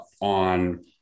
on